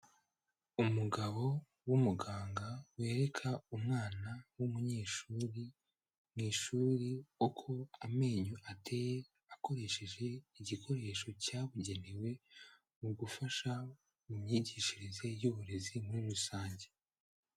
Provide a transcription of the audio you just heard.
Umugabo w'umuganga wereka umwana w'umunyeshuri mu ishuri, uko amenyo ateye akoresheje igikoresho cyabugenewe mu gufasha mu myigishirize y'uburezi muri rusange.